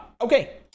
Okay